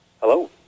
Hello